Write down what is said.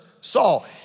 saw